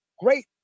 great